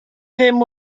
ddim